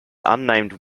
unnamed